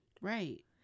Right